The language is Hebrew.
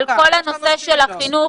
על כל הנושא של החינוך,